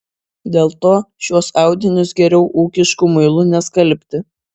dėl to šiuos audinius geriau ūkišku muilu neskalbti